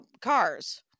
cars